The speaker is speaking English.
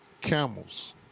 Camels